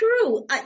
true